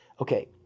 Okay